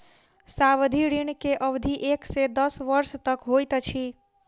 सावधि ऋण के अवधि एक से दस वर्ष तक होइत अछि